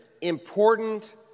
important